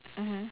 mmhmm